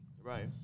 Right